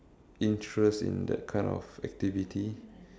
interest in that kind of activity